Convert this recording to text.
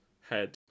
head